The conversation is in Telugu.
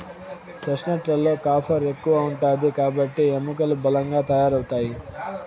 చెస్ట్నట్ లలో కాఫర్ ఎక్కువ ఉంటాది కాబట్టి ఎముకలు బలంగా తయారవుతాయి